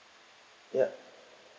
yeah